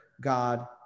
god